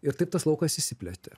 ir taip tas laukas išsiplėtė